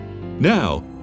Now